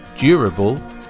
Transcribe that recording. durable